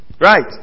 Right